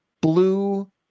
blue